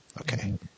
Okay